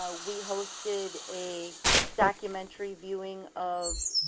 ah we hosted a documentary viewing of,